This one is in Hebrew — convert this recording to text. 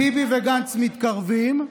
ביבי וגנץ מתקרבים,